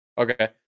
Okay